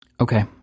Okay